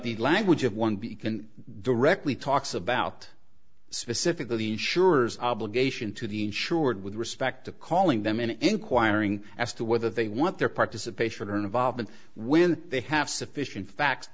the language of one beacon directly talks about specifically insurers obligation to the insured with respect to calling them and inquiring as to whether they want their participation or involvement when they have sufficient fact